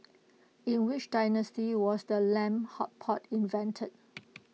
in which dynasty was the lamb hot pot invented